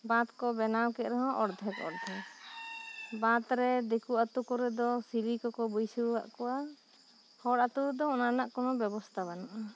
ᱵᱟᱸᱫᱷ ᱠᱚ ᱵᱮᱱᱟᱣ ᱠᱮᱫ ᱨᱮᱦᱚᱸ ᱚᱨᱫᱷᱮᱠ ᱚᱨᱫᱷᱮᱠ ᱵᱟᱸᱫᱷ ᱨᱮ ᱫᱤᱠᱩ ᱟᱹᱛᱩ ᱠᱚᱨᱮᱫ ᱫᱚ ᱥᱤᱲᱤ ᱠᱚᱠᱚ ᱵᱟᱹᱭᱥᱟᱹᱣᱟᱜ ᱠᱚᱣᱟ ᱦᱚᱲ ᱟᱛᱳ ᱫᱚ ᱚᱱᱟ ᱨᱮᱱᱟᱜ ᱠᱚᱱᱚ ᱵᱮᱵᱚᱥᱛᱟ ᱵᱟᱹᱱᱩᱜᱼᱟ